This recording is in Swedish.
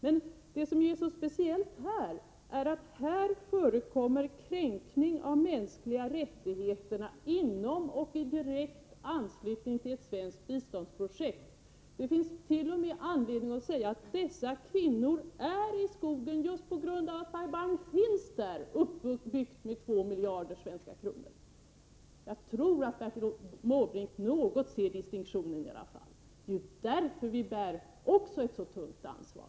Men det som är så speciellt i detta fall är att det här förekommer kränkningar av mänskliga rättigheter inom och i direkt anslutning till ett svenskt biståndsprojekt. Det finns t.o.m. anledning att säga att dessa kvinnor är i skogen just på grund av att Bai Bang finns där, uppbyggt med 2 miljarder svenska kronor. Jag tror i alla fall att Bertil Måbrink i någon mån ser distinktionen. Det är ju också av den nämnda anledningen som vi bär ett så tungt ansvar.